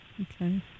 Okay